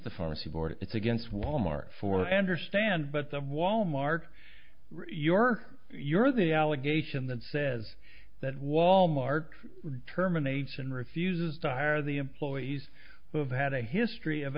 the pharmacy board it's against walmart for and or stand but the wal mart your your the allegation that says that wal mart terminates and refuses to hire the employees who have had a history of